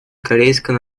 корейской